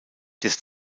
des